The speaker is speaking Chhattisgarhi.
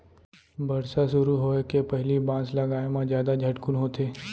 बरसा सुरू होए के पहिली बांस लगाए म जादा झटकुन होथे